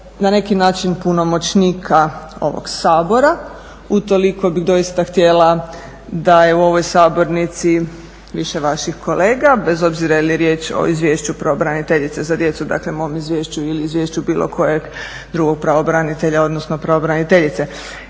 na neki način punomoćnika ovog Sabora. Utoliko bih doista htjela da je u ovoj sabornici više vaših kolega bez obzira je li riječ o Izvješću pravobraniteljice za djecu, dakle mom izvješću ili Izvješću bilo kojeg drugog pravobranitelja odnosno pravobraniteljice.